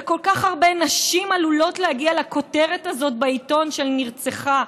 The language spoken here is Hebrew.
כל כך הרבה נשים עלולות להגיע לכותרות הזאת בעיתון של "נרצחה".